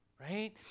right